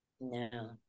No